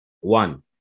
One